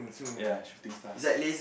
ya shooting stars